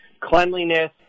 cleanliness